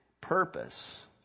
purpose